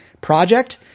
project